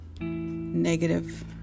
negative